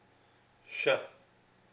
sure